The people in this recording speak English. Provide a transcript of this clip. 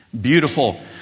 Beautiful